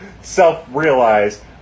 self-realize